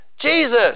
Jesus